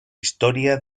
historia